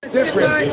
Different